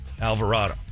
Alvarado